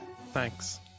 Thanks